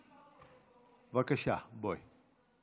בבקשה, בואי.